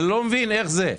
אני לא מבין איך זה.